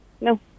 No